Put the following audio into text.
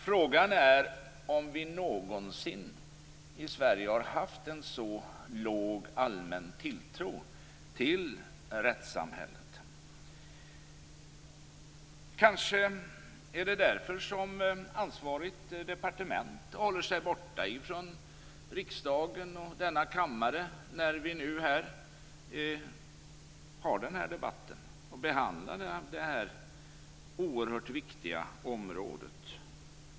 Frågan är om vi någonsin i Sverige har haft en så låg allmän tilltro till rättssamhället. Kanske är det därför ansvarigt departement håller sig borta från riksdagen och denna kammare när vi har den här debatten och behandlar det här oerhört viktiga området.